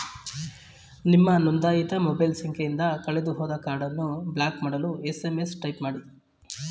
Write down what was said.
ನಿಮ್ಮ ನೊಂದಾಯಿತ ಮೊಬೈಲ್ ಸಂಖ್ಯೆಯಿಂದ ಕಳೆದುಹೋದ ಕಾರ್ಡನ್ನು ಬ್ಲಾಕ್ ಮಾಡಲು ಎಸ್.ಎಂ.ಎಸ್ ಟೈಪ್ ಮಾಡಿ